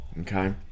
Okay